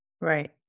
Right